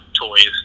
toys